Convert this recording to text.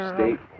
State